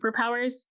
superpowers